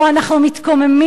או אנחנו מתקוממים,